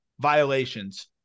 violations